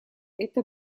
это